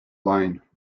line